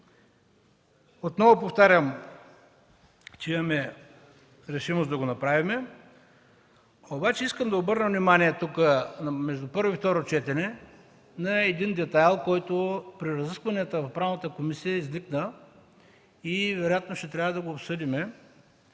Отново повтарям, че имаме решимост да го направим. Обаче искам да обърна внимание тук между първо и второ четене на един детайл, който изникна при разискването в Правната комисия и вероятно ще трябва да го обсъдим.